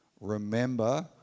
remember